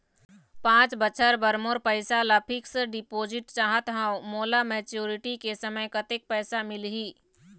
पांच बछर बर मोर पैसा ला फिक्स डिपोजिट चाहत हंव, मोला मैच्योरिटी के समय कतेक पैसा मिल ही?